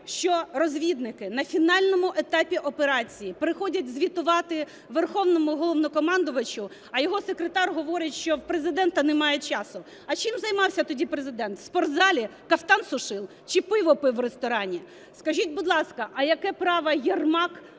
що розвідники на фінальному етапі операції приходять звітувати Верховному Головнокомандувачу, а його секретар говорить, що в Президента немає часу? А чим займався тоді Президент: в спортзалі кафтан сушив чи пиво пив у ресторані? Скажіть, будь ласка, а яке право Єрмак